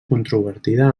controvertida